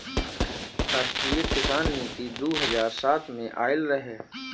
राष्ट्रीय किसान नीति दू हज़ार सात में आइल रहे